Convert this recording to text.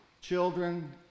Children